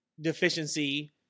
deficiency